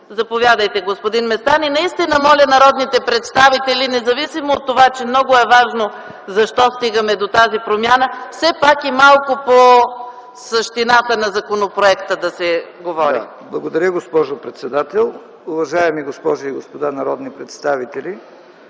Заповядайте, господин Местан. Наистина моля народните представители, независимо от това, че е много важно защо стигаме до тази промяна, все пак и малко по същината на законопроекта да се говори. ЛЮТВИ МЕСТАН (ДПС): Благодаря, госпожо председател. Уважаеми госпожи и господа народни представители,